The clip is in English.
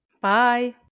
Bye